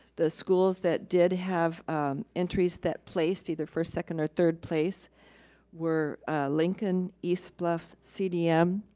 the schools that did have entries that placed either first second or third place were lincoln, eastbluff, cdm,